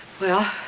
well,